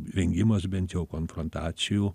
vengimas bent jau konfrontacijų